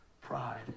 Pride